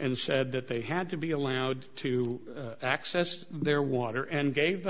and said that they had to be allowed to access their water and gave the